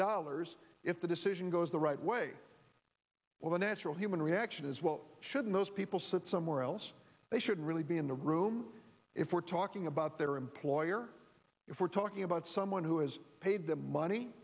dollars if the decision goes right way well the natural human reaction is well should most people sit somewhere else they should really be in the room if we're talking about their employer if we're talking about someone who has paid the money